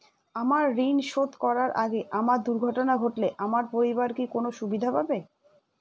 আমার ঋণ শোধ করার আগে আমার দুর্ঘটনা ঘটলে আমার পরিবার কি কোনো সুবিধে পাবে?